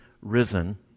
risen